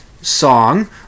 song